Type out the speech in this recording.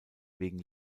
wegen